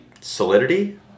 solidity